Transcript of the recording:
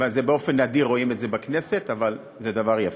באופן נדיר רואים את זה בכנסת, אבל זה דבר יפה.